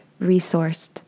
resourced